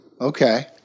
okay